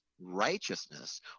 righteousness